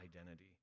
identity